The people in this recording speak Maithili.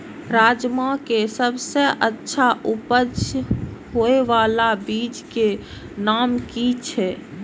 राजमा के सबसे अच्छा उपज हे वाला बीज के नाम की छे?